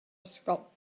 ysgol